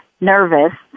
nervous